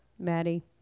Maddie